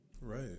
right